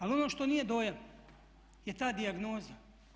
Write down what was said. Ali ono što nije dojam je ta dijagnoza.